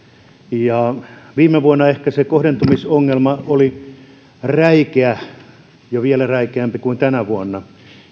viime vuonna ehkä se kohdentumisongelmia oli räikeä vielä räikeämpi kuin tänä vuonna